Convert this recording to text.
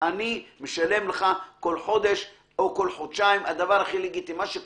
או כל חודשיים, זה הדבר הכי לגיטימי שצריך לעשות.